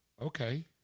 okay